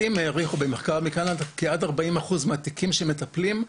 העריכו במחקר בקנדה שעד 40 אחוזים מהתיקים שמטפלים בהם,